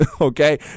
Okay